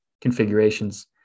configurations